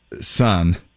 son